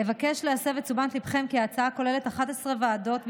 אבקש להסב את תשומת ליבכם כי ההצעה כוללת 11 ועדות בלבד,